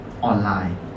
online